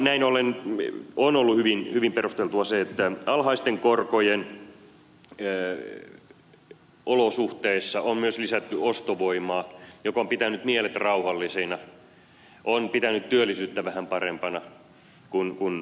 näin ollen on ollut hyvin perusteltua että alhaisten korkojen olosuhteissa on myös lisätty ostovoimaa mikä on pitänyt mielet rauhallisina on pitänyt työllisyyttä vähän parempana kuin muissa tapauksissa